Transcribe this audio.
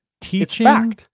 teaching